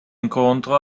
incontro